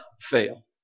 fail